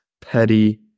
petty